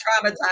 traumatized